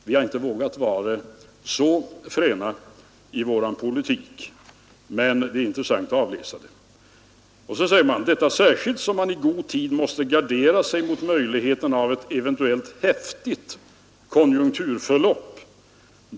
Vi har inte vågat vara så fräna i vår politik, men det är intressant att avläsa det. Och så säger man: ”Detta särskilt som man i god tid måste gardera sig mot möjligheten av ett eventuellt häftigt konjunkturförlopp.